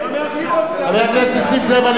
חבר הכנסת נסים זאב,